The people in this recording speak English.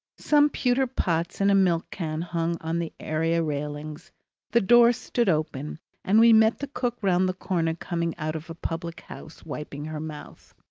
some pewter pots and a milk-can hung on the area railings the door stood open and we met the cook round the corner coming out of a public-house, wiping her mouth.